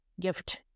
gift